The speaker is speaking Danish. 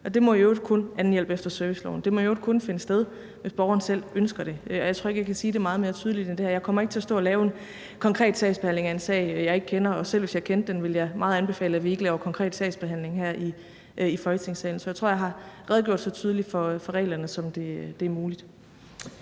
kombineres med anden hjælp efter serviceloven, og det må i øvrigt kun finde sted, hvis borgeren selv ønsker det, og jeg tror ikke, jeg kan sige det meget mere tydeligt end det her. Jeg kommer ikke til at stå og lave en konkret sagsbehandling af en sag, jeg ikke kender, og selv hvis jeg kendte den, ville jeg meget anbefale, at vi ikke laver konkret sagsbehandling her i Folketingssalen. Så jeg tror, jeg har redegjort så tydeligt for reglerne, som det er muligt.